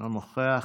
אינו נוכח,